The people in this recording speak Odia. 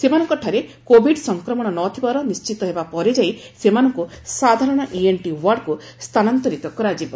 ସେମାନଙ୍କଠାରେ କୋଭିଡ୍ ସଫକ୍ରମଣ ନଥିବାର ନିଶ୍ଚିତ ହେବା ପରେ ଯାଇ ସେମାନଙ୍କୁ ସାଧାରଣ ଇଏନ୍ଟି ୱାର୍ଡକୁ ସ୍ଥାନାନ୍ତରିତ କରାଯିବ